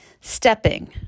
stepping